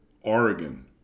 Oregon